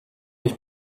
ich